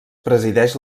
presideix